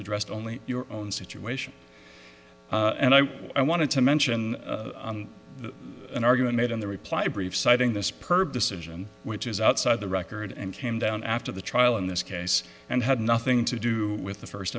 addressed only your own situation and i i wanted to mention an argument made in the reply brief citing this perv decision which is outside the record and came down after the trial in this case and had nothing to do with the first